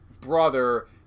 brother